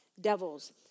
Devils